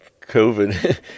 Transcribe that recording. COVID